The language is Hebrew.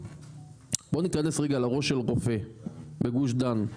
בוא נכנס רגע לראש של רופא בגוש דן.